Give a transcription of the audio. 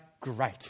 great